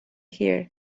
here